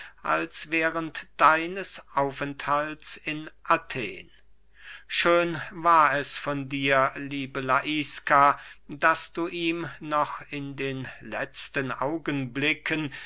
als während deines aufenthalts in athen schön war es von dir liebe laiska daß du ihm noch in den letzten augenblicken